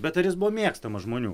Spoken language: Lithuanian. bet ar jis buvo mėgstamas žmonių